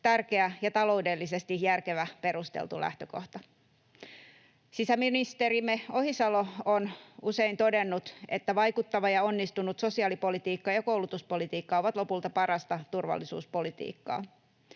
tärkeä ja taloudellisesti järkevä, perusteltu lähtökohta. Sisäministerimme Ohisalo on usein todennut, että vaikuttava ja onnistunut sosiaalipolitiikka ja koulutuspolitiikka ovat lopulta parasta turvallisuuspolitiikkaa.